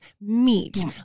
meat